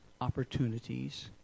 opportunities